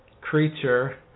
creature